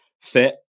fit